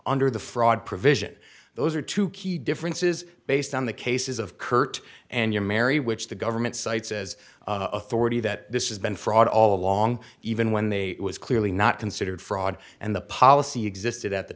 under the fraud provision those are two key differences based on the cases of curt and your mary which the government site says authority that this has been fraud all along even when they was clearly not considered fraud and the policy existed at the